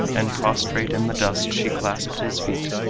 and prostrate in the dust she clasped his feet.